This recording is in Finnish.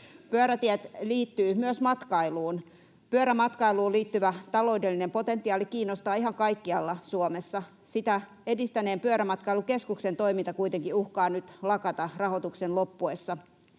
Pyörätiet liittyvät myös matkailuun. Pyörämatkailuun liittyvä taloudellinen potentiaali kiinnostaa ihan kaikkialla Suomessa. Sitä edistäneen Pyörämatkailukeskuksen toiminta kuitenkin uhkaa nyt lakata rahoituksen loppuessa.